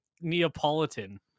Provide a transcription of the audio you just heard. Neapolitan